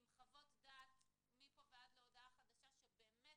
עם חוות דעת מפה ועד להודעה חדשה שבאמת,